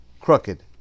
crooked